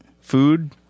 Food